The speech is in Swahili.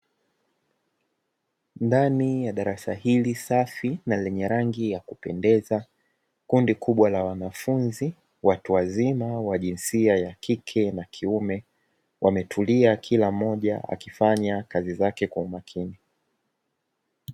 Ndani ya darasa hili safi na lenye rangi ya kupendeza kundi kubwa la wanafunzi, watu wazima wa jinsia ya kike na kiume wametulia kila mmoja akifanya kazi zake kwa umakini.